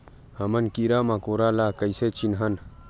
हमन कीरा मकोरा ला कइसे चिन्हन?